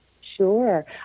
sure